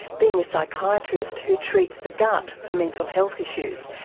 being a psychiatrist who treats the gut for mental health issues,